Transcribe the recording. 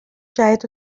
جدید